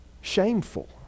shameful